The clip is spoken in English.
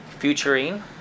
futuring